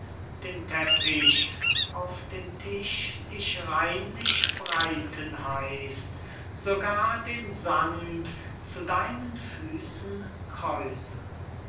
den teppich auf den tisch dich reinlich breiten heißt sogar den sand zu deinen füßen